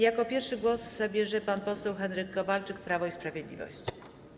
Jako pierwszy głos zabierze pan poseł Henryk Kowalczyk, Prawo i Sprawiedliwość.